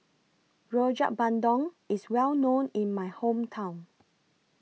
Rojak Bandung IS Well known in My Hometown